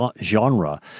genre